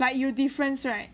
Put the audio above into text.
like 有 difference right